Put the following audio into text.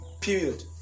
period